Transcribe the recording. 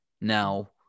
Now